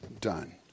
done